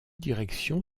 direction